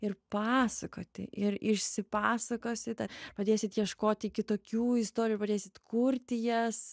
ir pasakoti ir išsipasakosite padėsit ieškoti kitokių istorijų pradėsit kurti jas